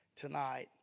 tonight